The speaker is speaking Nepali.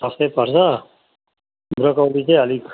सस्तै पर्छ ब्रोकाउली चाहिँ अलिक